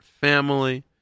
family